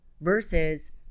Versus